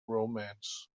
romance